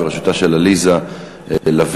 בראשותה של עליזה לביא,